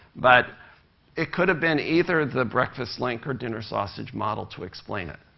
but it could have been either the breakfast link or dinner sausage model to explain it.